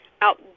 out